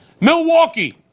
Milwaukee